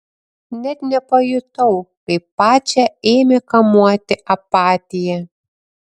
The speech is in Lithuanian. net nepajutau kaip pačią ėmė kamuoti apatija